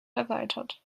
erweitert